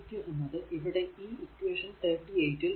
എന്നത് ഇവിടെ ഈ ഇക്വേഷൻ 38 ൽ കൊടുക്കുന്നു